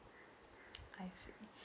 I see